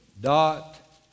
dot